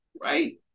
Right